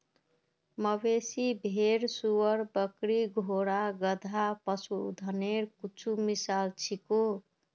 मवेशी, भेड़, सूअर, बकरी, घोड़ा, गधा, पशुधनेर कुछु मिसाल छीको